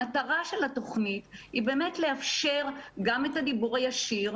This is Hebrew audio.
המטרה של התוכנית היא באמת לאפשר גם את הדיבור הישיר,